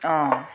অঁ